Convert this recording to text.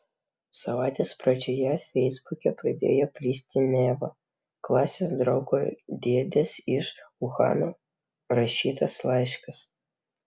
savaitės pradžioje feisbuke pradėjo plisti neva klasės draugo dėdės iš uhano rašytas laiškas